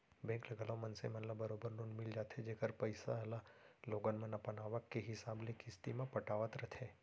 bank ले घलौ मनसे मन ल बरोबर लोन मिल जाथे जेकर पइसा ल लोगन मन अपन आवक के हिसाब ले किस्ती म पटावत रथें